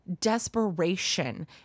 desperation